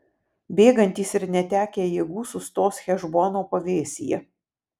bėgantys ir netekę jėgų sustos hešbono pavėsyje